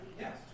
Yes